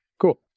Cool